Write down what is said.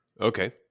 Okay